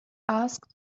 asked